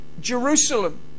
Jerusalem